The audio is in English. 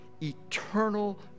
eternal